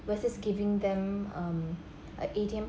versus giving them um a A_T_M